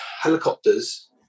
helicopters